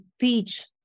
teach